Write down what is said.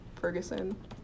Ferguson